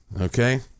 okay